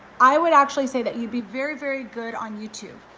i would actually say that you'd be very, very good on youtube.